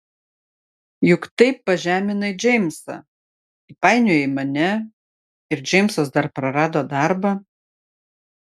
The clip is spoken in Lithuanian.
juk taip pažeminai džeimsą įpainiojai mane ir džeimsas dar prarado darbą